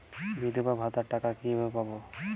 বিধবা ভাতার টাকা কিভাবে পাওয়া যাবে?